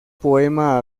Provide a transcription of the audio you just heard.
poema